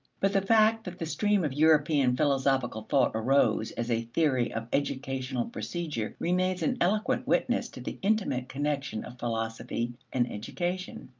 but the fact that the stream of european philosophical thought arose as a theory of educational procedure remains an eloquent witness to the intimate connection of philosophy and education.